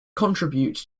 contribute